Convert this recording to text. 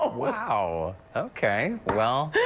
ah wow, okay. well,